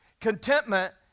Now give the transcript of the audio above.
Contentment